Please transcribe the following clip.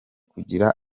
kugira